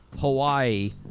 Hawaii